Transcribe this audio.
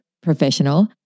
professional